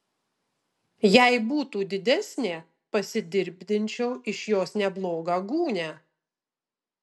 jei būtų didesnė pasidirbdinčiau iš jos neblogą gūnią